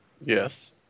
Yes